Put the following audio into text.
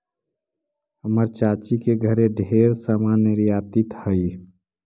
हमर चाची के घरे ढेर समान निर्यातित हई